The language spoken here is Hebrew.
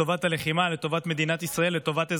לטובת הלחימה, לטובת מדינת ישראל,